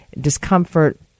discomfort